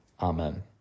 Amen